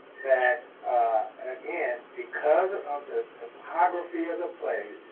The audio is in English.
that and again, because of the topography of the place,